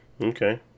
Okay